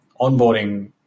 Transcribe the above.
onboarding